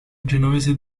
genovese